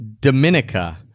Dominica